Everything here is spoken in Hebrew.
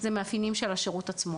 הם מאפיינים של השירות עצמו.